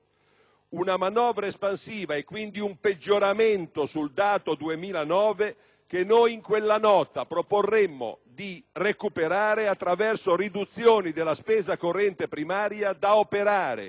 Tale manovra espansiva determinerebbe un peggioramento sul dato relativo al 2009, che noi in quella Nota proporremmo di recuperare attraverso riduzioni della spesa corrente primaria da operare